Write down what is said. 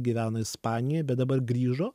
gyvena ispanijoj bet dabar grįžo